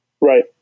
Right